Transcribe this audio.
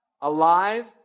alive